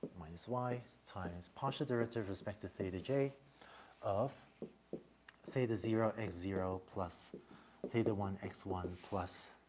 minus y times partial derivative respect to theta j of theta zero x zero plus theta one x one plus